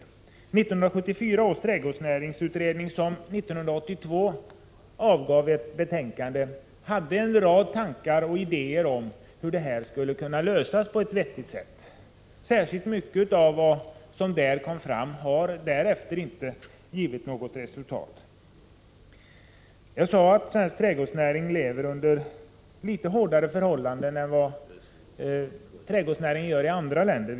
1974 års trädgårdsnäringsutredning, som 1982 avgav ett betänkande, hade en rad tankar och idéer om hur problemen skulle kunna lösas på ett vettigt sätt. Vad som då framhölls har därefter inte gett mycket resultat. Jag sade att den svenska trädgårdsnäringen lever under litet hårdare förhållanden än trädgårdsnäringen i andra länder.